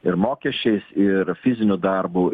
ir mokesčiais ir fiziniu darbu